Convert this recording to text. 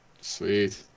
Sweet